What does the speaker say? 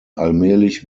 allmählich